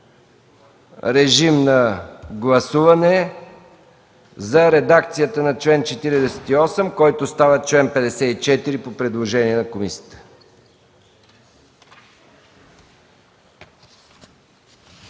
Режим на гласуване за редакцията на чл. 48, който става чл. 54 по предложение на комисията.